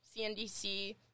CNDC